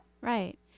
Right